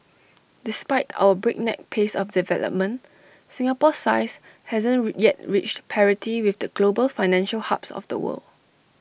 despite our breakneck pace of development Singapore's size hasn't yet reached parity with the global financial hubs of the world